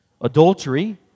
Adultery